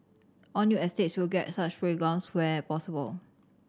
all new estates will get such playgrounds where possible